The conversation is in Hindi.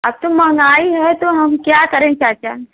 अब तो महंगाई है तो हम क्या करे चाचा